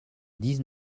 dix